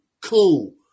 cool